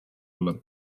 olla